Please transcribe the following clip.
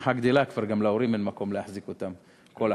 כשהמשפחה גדלה כבר גם להורים אין מקום להחזיק אותם כל החג.